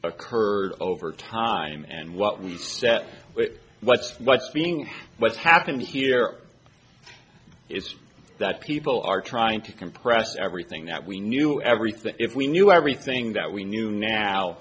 occurred over time and what we step but what's being what's happened here it's that people are trying to compress everything that we knew everything if we knew everything that we knew now